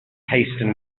hasten